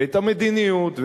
ואת המדיניות,